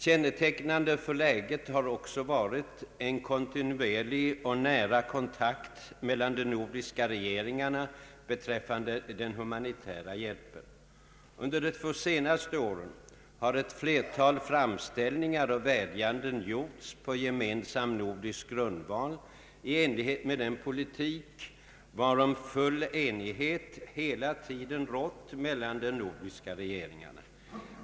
Kännetecknande för läget har också varit en kontinuerlig och nära kontakt mellan de nordiska regeringarna beträffande den humanitära hjälpen. Under de två senaste åren har ett flertal framställningar och vädjanden gjorts på gemensam nordisk grundval i enlighet med den politik varom full enighet hela tiden rått mellan de nordiska regeringarna.